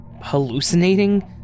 hallucinating